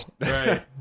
right